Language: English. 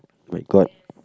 my god